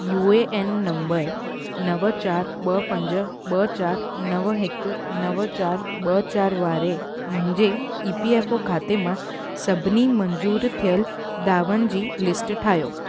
U A N number नव चार ॿ पंज ॿ चार नव हिकु नव चार ॿ चार वारे मुंहिंजे ई पी एफ ओ खाते मां सभिनी मंज़ूरु थियल दावनि जी लिस्ट ठाहियो